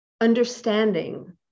understanding